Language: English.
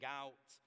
out